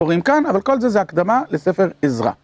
קוראים כאן, אבל כל זה זה הקדמה לספר עזרא.